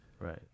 Right